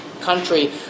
country